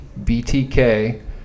BTK